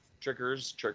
triggers